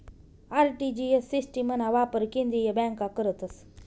RTGS सिस्टिमना वापर केंद्रीय बँका करतस